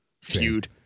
feud